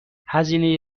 هزینه